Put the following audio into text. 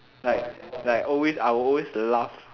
like like always I will always laugh